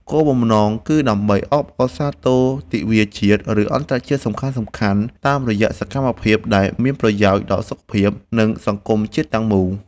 គោលបំណងគឺដើម្បីអបអរសាទរទិវាជាតិ ឬអន្តរជាតិសំខាន់ៗ តាមរយៈសកម្មភាពដែលមានប្រយោជន៍ដល់សុខភាព និងសង្គមជាតិទាំងមូល។